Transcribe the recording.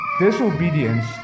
disobedience